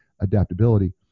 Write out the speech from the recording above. adaptability